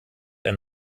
ein